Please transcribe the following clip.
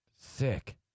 Sick